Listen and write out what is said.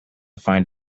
find